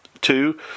Two